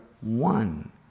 one